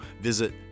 visit